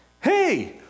Hey